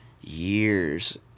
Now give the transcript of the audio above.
years